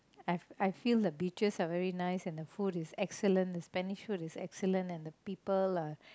I I feel the beaches are very nice and the food is excellent the Spanish food is excellent and the people are